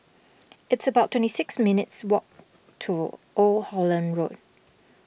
it's about twenty six minutes' walk to Old Holland Road